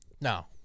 No